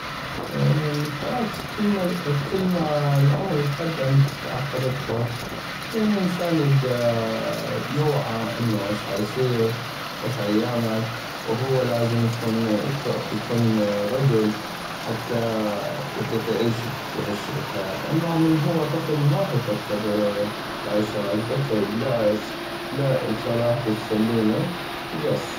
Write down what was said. الحياة كلما العمر يتقدم تتعقد اكثر لان الانسان يبدا يوعى انو اش عيصيغ و اش عيعمل وهو لازم يكون رجل حتى يطيق يعيش بهشكل حياة اما من هو طفل ما غاح يفكر بهاي الشغلاي يفكر بلعب بشغلات تسلينو وبس.